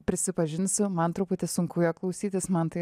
prisipažinsiu man truputį sunku ją klausytis man tai